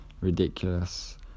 ridiculous